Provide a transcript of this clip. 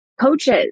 coaches